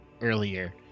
earlier